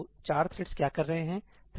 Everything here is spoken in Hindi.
तो चार थ्रेड्स क्या कर रहे हैं